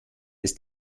ist